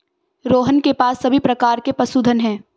रोहन के पास सभी प्रकार के पशुधन है